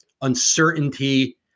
uncertainty